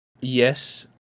yes